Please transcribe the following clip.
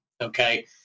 okay